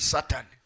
Satan